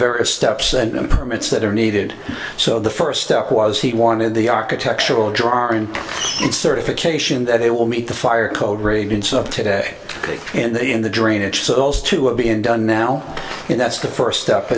various steps and permits that are needed so the first step was he wanted the architectural drawer in its certification that it will meet the fire code radiance of today and in the drainage so those two are being done now and that's the first step